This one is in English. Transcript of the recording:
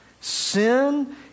Sin